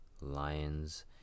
Lions